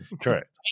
Correct